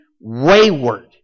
wayward